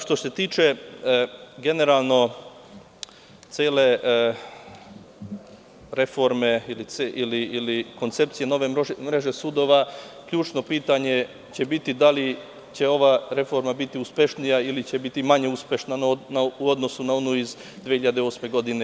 Što se tiče generalno cele reforme ili koncepcije nove mreže sudova, ključno pitanje će biti da li će ova reforma biti uspešnija ili će biti manje uspešna u odnosu na onu iz 2008. godine.